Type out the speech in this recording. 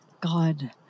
God